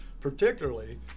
particularly